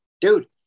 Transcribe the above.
dude